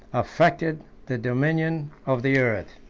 affected the dominion of the earth.